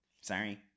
sorry